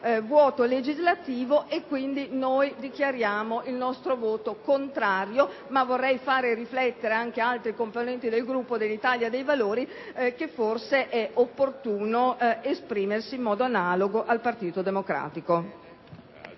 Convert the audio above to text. vuoto legislativo e pertanto dichiariamo il nostro voto contrario e vorrei far riflettere anche altri componenti del Gruppo dell'Italia dei Valori sull'opportunità di esprimersi in modo analogo al Partito Democratico.